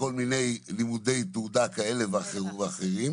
בכל מיני לימודי תעודה כאלה ואחרים,